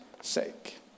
sake